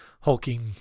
hulking